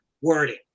wording